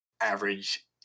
average